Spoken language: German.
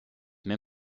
mehr